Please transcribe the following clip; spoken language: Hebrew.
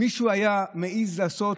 מישהו היה מעז לעשות